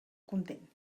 content